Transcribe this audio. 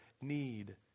need